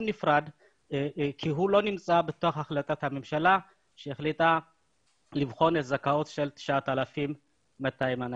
ניפרד כשהוא לא בהחלטת הממשלה שהחליטה לבחון זכאות 9,200 אנשים.